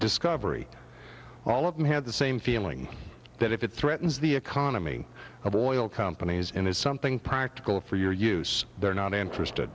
discovery all of them had the same feeling that if it threatens the economy of oil companies and is something practical for your use they're not interested